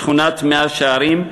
בשכונת מאה-שערים,